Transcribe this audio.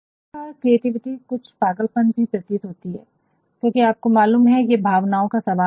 कई बार कुछ क्रिएटिविटी कुछ पागलपन भी प्रतीत होती है क्योंकि आपको मालूम है ये भावनाओ का सवाल है